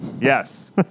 Yes